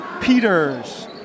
Peters